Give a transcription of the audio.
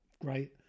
great